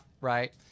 Right